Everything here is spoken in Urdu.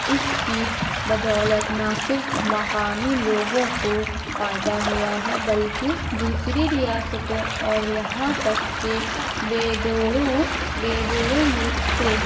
اس کی بدولت نہ صرف مقامی لوگوں کو فائدہ ہوا ہے بلکہ دوسری ریاستوں اور یہاں تک کے بیرون بیرون ملک سے